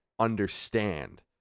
understand